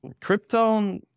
Crypto